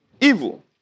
Evil